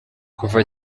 kuva